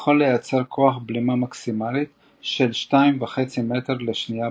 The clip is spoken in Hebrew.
יכול לייצר כוח בלימה מקסימלי של 2.5 מ' לשניה^2,